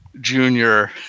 junior